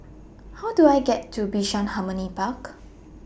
How Do I get to Bishan Harmony Park